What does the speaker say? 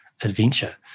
adventure